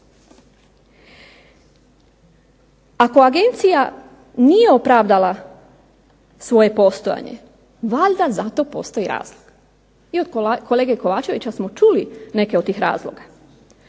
Ako agencija nije opravdala svoje postojanje, valjda za to postoji razlog. I od kolege Kovačevića smo čuli neke od tih razloga.